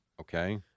Okay